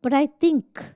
but I think